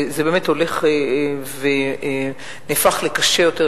וזה הולך והופך לקשה יותר,